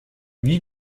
wie